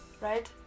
right